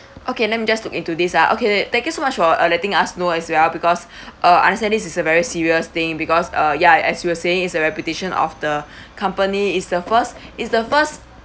okay let me just look into this ah okay thank you so much for uh letting us know as well because uh understand this is a very serious thing because uh ya as you were saying is the reputation of the company is the first is the first